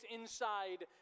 inside